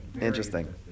Interesting